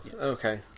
Okay